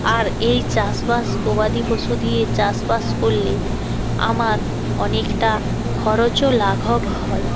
আর এই চাষবাস গবাদি পশু দিয়ে চাষবাস করলে আমার অনেকটা খরচও লাঘব হয়